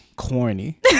Corny